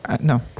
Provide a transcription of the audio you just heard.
No